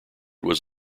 was